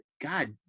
God